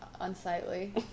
unsightly